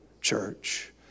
church